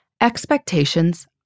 Expectations